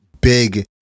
big